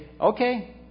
Okay